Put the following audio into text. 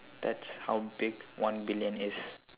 that's how big one billion is